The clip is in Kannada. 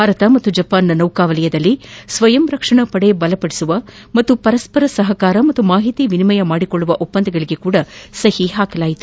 ಭಾರತ ಮತ್ತು ಜಪಾನ್ನ ನೌಕಾವಲಯದಲ್ಲಿ ಸ್ವಯಂ ರಕ್ಷಣಾ ಪಡೆ ಬಲಪಡಿಸುವ ಹಾಗೂ ಪರಸ್ಪರ ಸಪಕಾರ ಮತ್ತು ಮಾಹಿತಿ ವಿನಿಮಯ ಮಾಡಿಕೊಳ್ಳುವ ಒಪ್ಪಂದಗಳಗೂ ಸಪ ಸಹಿ ಹಾಕಲಾಗಿದೆ